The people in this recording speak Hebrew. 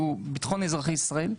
שהוא ביטחון אזרחי ישראל.